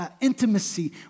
intimacy